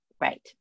Right